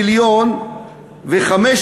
14 מיליון ו-500,000,